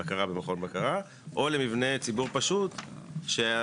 בכלים המקובלים, בסדר?